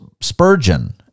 Spurgeon